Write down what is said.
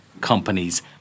companies